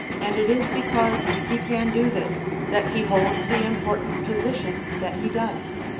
and it is because he can do this that he holds the important position that he does.